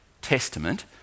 Testament